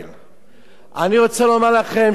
אני רוצה לומר לכם, שלא נשלה את עצמנו: